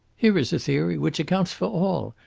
here is a theory which accounts for all,